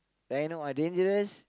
rhino are dangerous